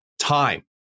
time